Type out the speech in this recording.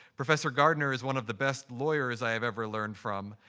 professor gardner is one of the best lawyers i have ever learned from.